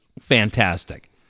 fantastic